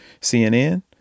CNN